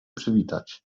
przywitać